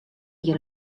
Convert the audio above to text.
jier